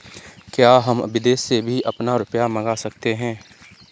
क्या हम विदेश से भी अपना रुपया मंगा सकते हैं?